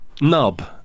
nub